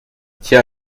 tient